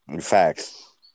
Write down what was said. Facts